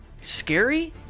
scary